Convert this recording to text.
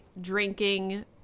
drinking